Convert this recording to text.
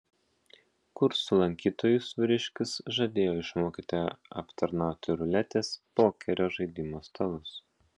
kursų lankytojus vyriškis žadėjo išmokyti aptarnauti ruletės pokerio žaidimo stalus